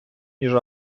ніж